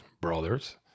brothers